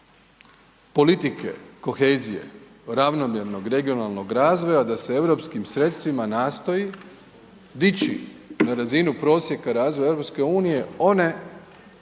politike kohezije, ravnomjernog regionalnog razvoja da se europskim sredstvima nastoji dići na razinu prosjeka razvoja EU one